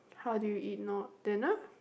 how do you eat not dinner